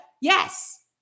yes